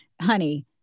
honey